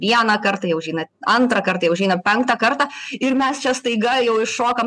vieną kartą jie užeina antrą kartą jie užeina penktą kartą ir mes čia staiga jau iššokam